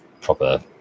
proper